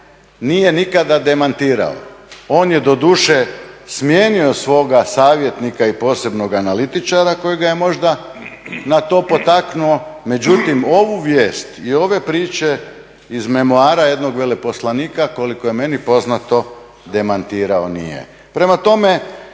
nije nikada demantirao. On je doduše smijenio svoga savjetnika i posebnog analitičara kojega je možda na to potaknuo, međutim ovu vijest i ove priče iz memoara jednog veleposlanika koliko je meni poznato demantirao nije.